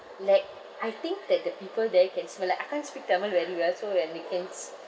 like I think that the people there can smell like I can't speak tamil very well so when weekends